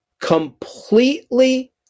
completely